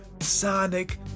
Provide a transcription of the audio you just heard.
sonic